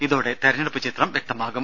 ഇതോടെ തെരഞ്ഞെടുപ്പ് ചിത്രം വ്യക്തമാകും